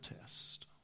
test